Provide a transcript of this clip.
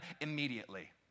immediately